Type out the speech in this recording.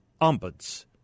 ombuds